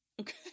okay